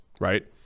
right